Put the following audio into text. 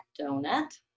donut